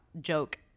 joke